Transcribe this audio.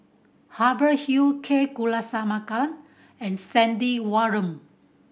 Hubert Hill K Kulasekaram and Stanley Warren